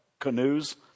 canoes